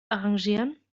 arrangieren